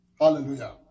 Hallelujah